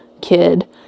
kid